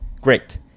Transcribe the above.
Great